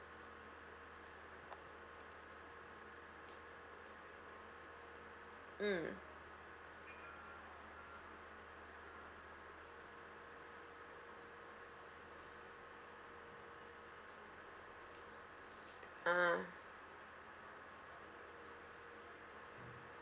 mm (uh huh)